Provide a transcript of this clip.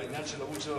עם העניין של ערוץ-7,